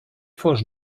fos